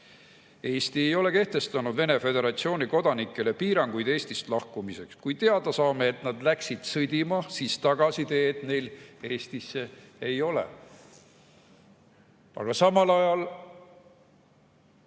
Eesti ei ole kehtestanud Venemaa Föderatsiooni kodanikele piiranguid Eestist lahkumiseks. Kui aga teada saame, et nad läksid sõdima, siis tagasiteed neil Eestisse ei ole.